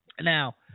Now